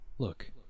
Look